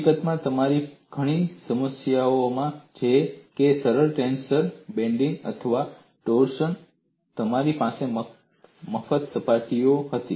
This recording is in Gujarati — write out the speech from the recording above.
હકીકતમાં તમારી ઘણી સમસ્યાઓમાં જેમ કે સરળ ટેન્શન બેન્ડિંગ અથવા ટોર્સન તમારી પાસે મફત સપાટીઓ હતી